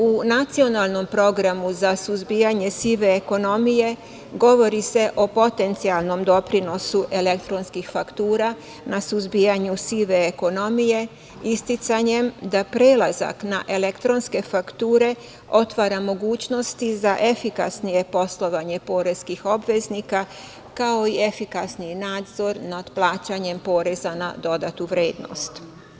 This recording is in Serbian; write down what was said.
U Nacionalnom programu za suzbijanje sive ekonomije govori se o potencijalnom doprinosu elektronskih faktura, na suzbijanju sive ekonomije, isticanjem da prelazak na elektronske fakture otvara mogućnosti za efikasnije poslovanje poreskih obveznika, kao i efikasniji nadzor nad plaćanjem poreza na dodatu vrednost.